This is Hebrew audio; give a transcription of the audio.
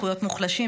זכויות מוחלשים,